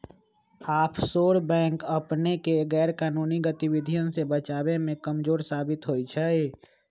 offshore bank अपनेके गैरकानूनी गतिविधियों से बचाबे में कमजोर साबित होइ छइ